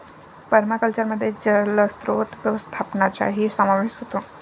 पर्माकल्चरमध्ये जलस्रोत व्यवस्थापनाचाही समावेश होतो